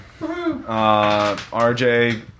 RJ